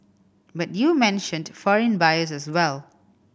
but you mentioned foreign buyers as well